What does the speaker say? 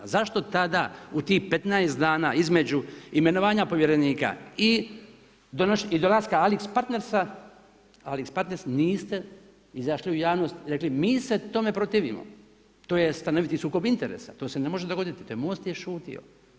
Zašto tada u tih 15 dana između imenovanja povjerenika i dolaska AlixPartnersa niste izašli u javnost i rekli mi se tome protivimo, to je stanoviti sukob interesa, to se ne može dogoditi, to je MOST je šutio.